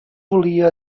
volia